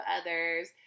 others